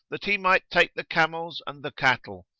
that he might take the camels and the cattle,